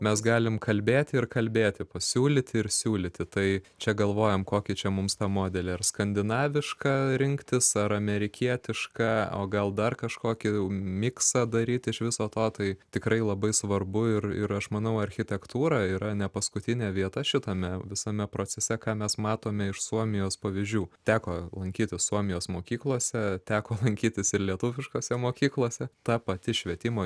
mes galim kalbėti ir kalbėti pasiūlyti ir siūlyti tai čia galvojam kokį čia mums tą modelį ar skandinavišką rinktis ar amerikietišką o gal dar kažkokį miksą daryt iš viso to tai tikrai labai svarbu ir ir aš manau architektūra yra ne paskutinė vieta šitame visame procese ką mes matome iš suomijos pavyzdžių teko lankytis suomijos mokyklose teko lankytis ir lietuviškose mokyklose ta pati švietimo